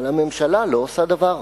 אבל הממשלה לא עושה דבר.